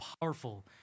powerful